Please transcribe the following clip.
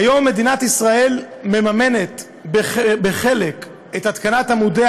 היום מדינת ישראל מממנת חלקית את התקנת עמודי